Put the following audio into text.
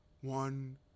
one